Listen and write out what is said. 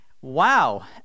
Wow